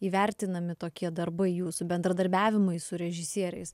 įvertinami tokie darbai jūsų bendradarbiavimai su režisieriais